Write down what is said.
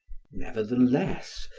nevertheless,